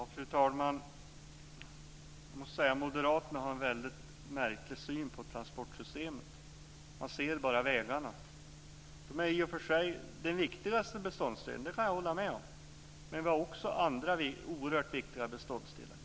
Fru talman! Moderaterna har en väldigt märklig syn på transportsystemet. Man ser bara vägarna. De är i och för sig den viktigaste beståndsdelen - det kan jag hålla med om - men det finns också andra oerhört viktiga beståndsdelar.